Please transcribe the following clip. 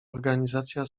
organizacja